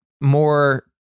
more